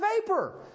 vapor